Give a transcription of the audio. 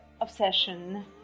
obsession